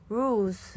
rules